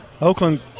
Oakland